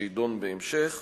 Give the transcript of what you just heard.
שיידון בהמשך.